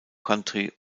country